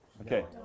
Okay